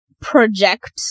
project